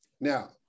Now